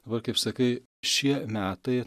dabar kaip sakai šie metai